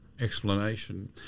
explanation